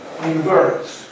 inverts